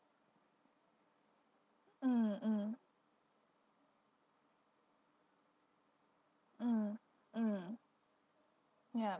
mm mm mm mm ya